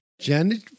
Janet